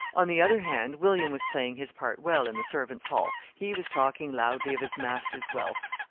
on the other hand, william was playing his part well in the servants' hall he was talking loudly of his master's wealth.